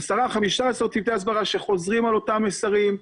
10 15 צוותי הסברה, שחוזרים על אותם מסרים,